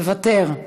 מוותר,